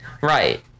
Right